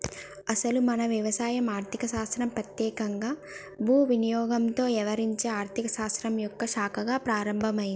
అసలు మన వ్యవసాయం ఆర్థిక శాస్త్రం పెత్యేకంగా భూ వినియోగంతో యవహరించే ఆర్థిక శాస్త్రం యొక్క శాఖగా ప్రారంభమైంది